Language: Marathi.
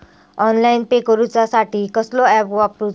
ऑनलाइन पे करूचा साठी कसलो ऍप वापरूचो?